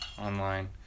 online